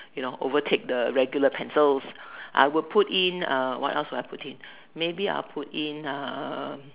you know overtake the regular pencils I will put in uh what else will I put in maybe I will put in a